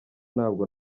ntabwo